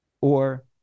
Or-